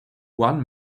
one